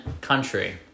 country